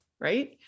right